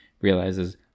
realizes